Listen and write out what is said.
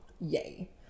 Yay